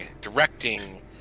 directing